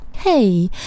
Hey